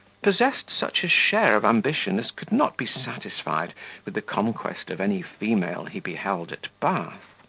possessed such a share of ambition as could not be satisfied with the conquest of any female he beheld at bath.